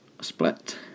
split